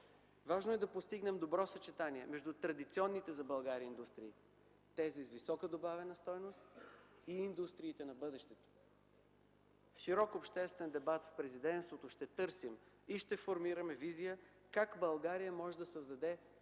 Важно е да постигнем добро съчетание между традиционните за България индустрии, тези с висока добавена стойност и индустриите на бъдещето. В широк обществен дебат в Президентството ще търсим и ще формираме визия как България може да създаде